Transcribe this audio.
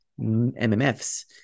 MMFs